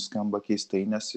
skamba keistai nes